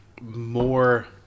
more